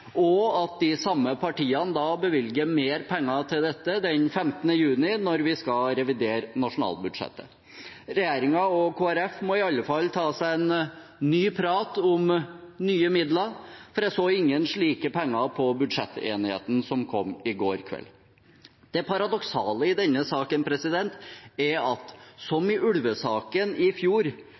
og at de samme partiene bevilger mer penger til dette den 15. juni når vi skal revidere nasjonalbudsjettet. Regjeringen og Kristelig Folkeparti må i alle fall ta seg en ny prat om nye midler, for jeg så ingen slike penger i budsjettenigheten som kom i stand i går kveld. Det paradoksale i denne saken er at som i ulvesaken i fjor